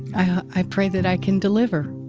i pray that i can deliver.